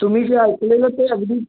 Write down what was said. तुम्ही जे ऐकलेलं ते अगदी